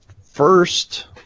First